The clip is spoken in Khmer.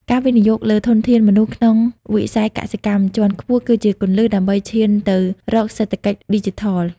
ការវិនិយោគលើធនធានមនុស្សក្នុងវិស័យកសិកម្មជាន់ខ្ពស់ គឺជាគន្លឹះដើម្បីឈានទៅរកសេដ្ឋកិច្ចឌីជីថល។